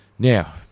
Now